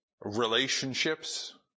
relationships